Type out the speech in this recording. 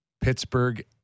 Pittsburgh